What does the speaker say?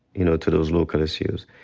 you know, to those local issues.